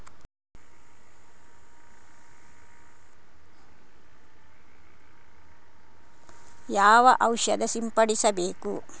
ಯಾವ ಔಷಧ ಸಿಂಪಡಿಸಬೇಕು?